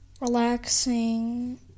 Relaxing